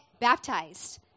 baptized